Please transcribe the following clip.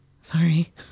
sorry